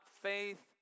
faith